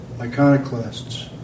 iconoclasts